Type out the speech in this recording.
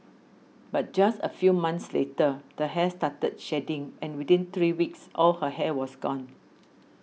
but just a few months later the hair started shedding and within three weeks all her hair was gone